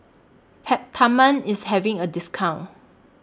Peptamen IS having A discount